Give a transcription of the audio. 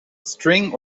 string